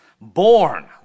Born